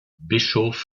bischof